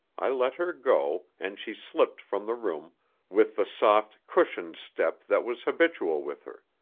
i let her go, and she slipped from the room with the soft, cushioned step that was habitual with her.